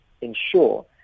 ensure